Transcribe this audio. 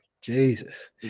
Jesus